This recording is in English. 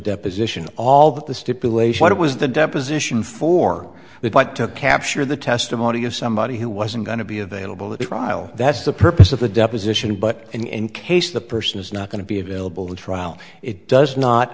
deposition all that the stipulation it was the deposition for the fight to capture the testimony of somebody who wasn't going to be available at the trial that's the purpose of the deposition but in case the person is not going to be available to trial it does not